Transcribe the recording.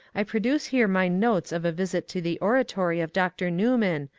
i produce here my notes of a visit to the oratory of dr. newman,